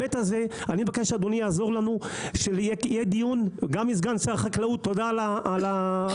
אני מבקש שאדוני יעזור לנו בהיבט הזה: שיהיה דיון